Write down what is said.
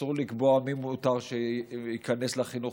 אסור לקבוע מי מותר שייכנס לחינוך